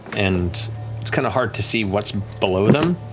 and it's kind of hard to see what's below them.